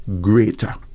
greater